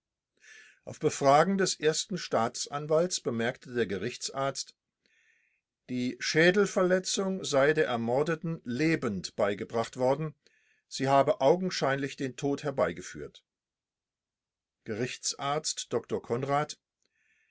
auf befragen des ersten staatsanwalts bemerkte der gerichtsarzt die schädelverletzung sei der ermordeten lebend beigebracht worden sie habe augenscheinlich den tod herbeigeführt gerichtsarzt dr